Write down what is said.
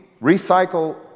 recycle